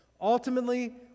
Ultimately